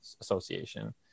association